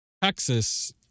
Texas